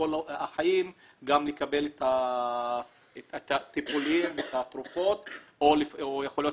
החיים גם לקבל את הטיפולים ואת התרופות או יכול להיות